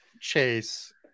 chase